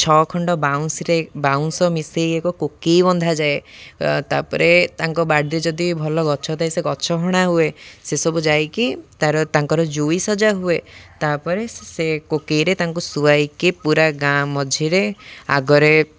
ଛଅ ଖଣ୍ଡ ବାଉଁଶରେ ବାଉଁଶ ମିଶାଇକି ଏକ କୋକେଇ ବନ୍ଧାଯାଏ ତା'ପରେ ତାଙ୍କ ବାଡ଼ିଦେ ଯଦି ଭଲ ଗଛ ଥାଏ ସେ ଗଛ ହଣା ହୁଏ ସେସବୁ ଯାଇକି ତା'ର ତାଙ୍କର ଜୁଇ ସଜା ହୁଏ ତା'ପରେ ସେ କୋକେଇରେ ତାଙ୍କୁ ଶୁଆଇକି ପୁରା ଗାଁ ମଝିରେ ଆଗରେ